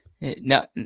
No